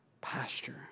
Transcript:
pasture